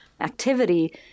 activity